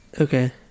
Okay